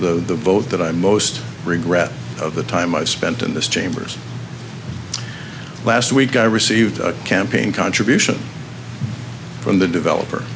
is the vote that i'm most regret of the time i spent in this chambers last week i received a campaign contribution from the developer